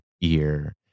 ear